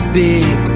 big